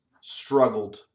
struggled